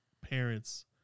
parents